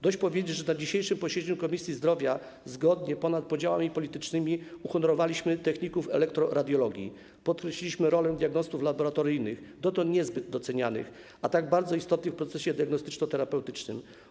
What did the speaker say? Dość powiedzieć, że na dzisiejszym posiedzeniu Komisji Zdrowia zgodnie, ponad podziałami politycznymi uhonorowaliśmy techników elektroradiologii i podkreśliliśmy rolę diagnostów laboratoryjnych, dotąd niezbyt docenianych, a tak bardzo istotnych w procesie diagnostyczno-terapeutycznym.